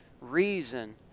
reason